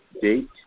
date